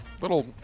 Little